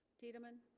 tiedemann